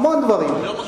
המון דברים.